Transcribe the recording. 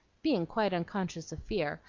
being quite unconscious of fear,